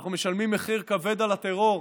אנחנו משלמים מחיר כבד על הטרור,